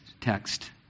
text